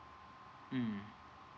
mm